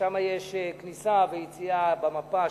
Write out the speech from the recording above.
שם יש כניסה ויציאה במפה,